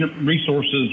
resources